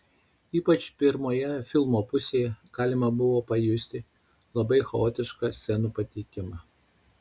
ypač pirmoje filmo pusėje galima buvo pajusti labai chaotišką scenų pateikimą